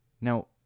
now